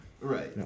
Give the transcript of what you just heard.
Right